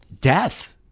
death